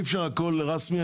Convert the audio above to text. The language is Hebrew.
אי אפשר הכול רשמי,